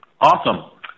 Awesome